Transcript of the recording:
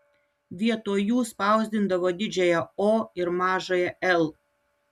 vietoj jų spausdindavo didžiąją o ir mažąją l